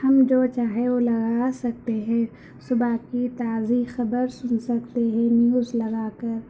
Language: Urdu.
ہم جو چاہیں وہ لگا سکتے ہیں صبح کی تازی خبر سن سکتے ہیں نیوز لگا کر